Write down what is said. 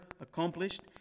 accomplished